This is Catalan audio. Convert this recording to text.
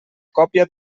còpia